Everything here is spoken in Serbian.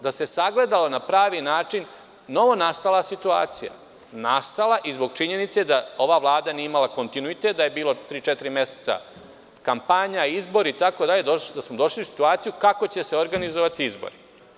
Da se sagledala na pravi način novonastala situacija, nastala i zbog činjenice da ova vlada nije imala kontinuitet, da je bila tri, četiri meseca kampanja, izbori itd, da smo došli u situaciju kako će se organizovati izbori.